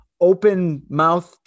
open-mouthed